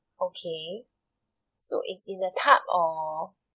okay so it's in a cup or